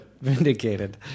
Vindicated